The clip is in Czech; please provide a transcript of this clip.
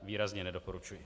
Výrazně nedoporučuji.